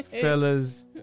fellas